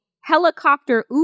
helicopter